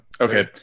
Okay